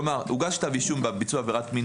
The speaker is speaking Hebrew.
כלומר הוגש כתב אישום בביצוע עבירת מין